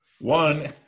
One